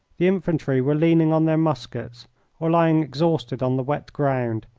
the infantry were leaning on their muskets or lying exhausted on the wet ground,